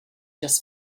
just